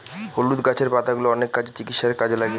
হলুদ গাছের পাতাগুলো অনেক কাজে, চিকিৎসার কাজে লাগে